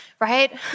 right